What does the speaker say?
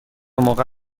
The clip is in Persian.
موقع